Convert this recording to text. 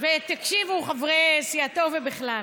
ותקשיבו, חברי סיעתו, ובכלל,